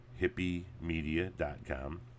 Hippymedia.com